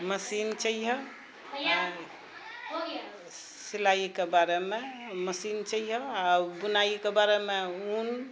machine चहियै सिलाइके बारेमे मशीन चहियै आ बुनाइके बारेमे ऊन